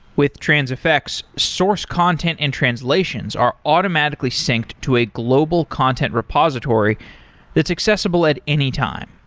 with transifex, source content and translations are automatically synced to a global content repository that's accessible at any time.